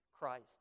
Christ